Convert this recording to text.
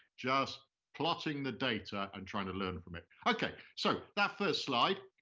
just plotting the data and trying to learn from it. okay, so that first slide,